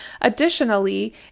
Additionally